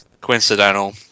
coincidental